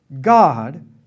God